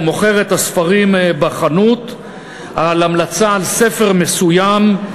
מוכרת הספרים בחנות על המלצה על ספר מסוים,